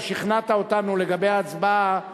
ושכנעת אותנו לגבי ההצבעה,